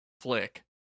flick